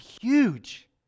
huge